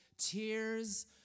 tears